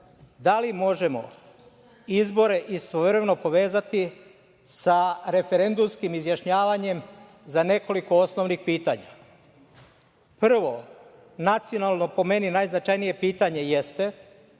da li možemo izbore istovremeno povezati sa referendumskim izjašnjavanjem za nekoliko osnovnih pitanja. Prvo, nacionalno, po meni najznačajnije pitanje jeste